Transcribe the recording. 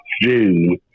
June